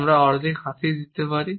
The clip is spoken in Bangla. আমরা অর্ধেক হাসি দিতে পারি